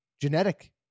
genetic